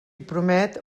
promet